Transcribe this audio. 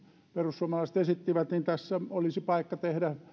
perussuomalaiset esittivät tässä olisi paikka tehdä